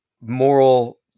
Moral